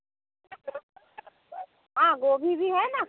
हाँ गोभी भी है ना